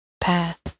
path